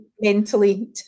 mentally